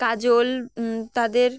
কাজল তাদের